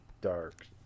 dark